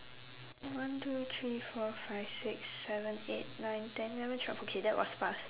one two three four five six seven eight nine ten eleven twelve okay that was fast